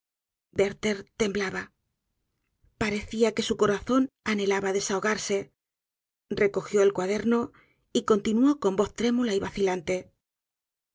werther temblaba parecía que su corazón anhelaba desahogarse recogió el cuaderno y continuó con voz trémula y vacilante